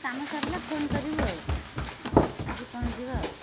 କାମ ସରିଲା ଫୋନ୍ କରିବୁ ଆଉ ଆଜି ପହଞ୍ଚିବ ଆଉ